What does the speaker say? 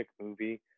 movie